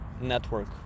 network